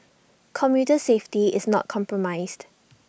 commuter safety is not compromised